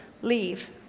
Leave